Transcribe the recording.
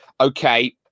okay